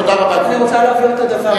תודה רבה, גברתי.